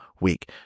week